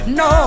no